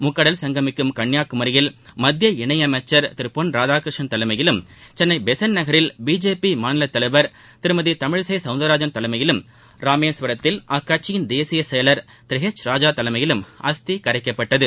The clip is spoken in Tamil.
முக்கடல் சங்கமிக்கும் கன்னியாகுமரியில் மத்திய இணையமைச்சர் திரு பொன் ராதாகிருஷ்ணன் தலைமையிலும் சென்னை பெசன்ட் நகரில் பிஜேபி மாநில தலைவர் திருமதி தமிழிசை சவுந்தரராஜன் தலைமையிலும் ராமேஸ்வரத்தில் அக்கட்சியின் தேசிய செயலர் திரு ஹெச் ராஜா தலைமையிலும் அஸ்தி கரைக்கப்பட்டது